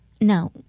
no